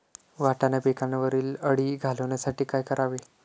वाटाणा पिकावरील अळी घालवण्यासाठी काय करावे?